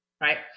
right